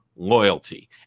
loyalty